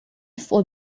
for